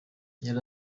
yari